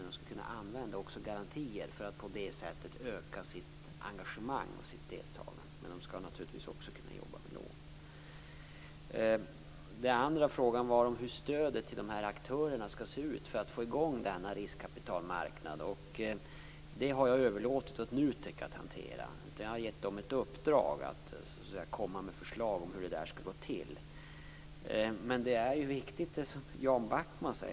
Men de skall kunna använda garantier för att på det sättet öka sitt engagemang. De skall naturligtvis också kunna jobba med lån. Den andra frågan gällde hur stödet till aktörerna skall se ut för att man skall få igång denna riskkapitalmarknad. Det har jag överlåtit åt NUTEK att hantera. Jag har gett dem i uppdrag att komma med ett förslag på hur det skall gå till. Det är ju viktigt det som Jan Backman säger.